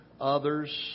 others